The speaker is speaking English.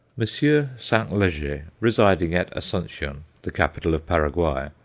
monsieur st. leger, residing at asuncion, the capital of paraguay,